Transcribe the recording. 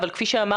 אבל כפי שאמרתי,